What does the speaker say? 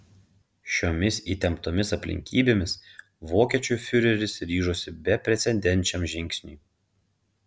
šiomis įtemptomis aplinkybėmis vokiečių fiureris ryžosi beprecedenčiam žingsniui